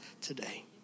today